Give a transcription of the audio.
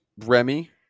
remy